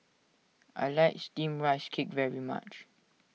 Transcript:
I like Steamed Rice Cake very much